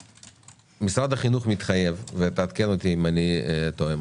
משרד החינוך מתחייב ותקן אותי אם אני טועה,